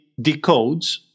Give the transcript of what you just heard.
decodes